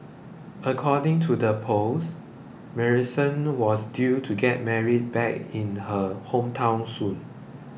according to the post Marisol was due to get married back in her hometown soon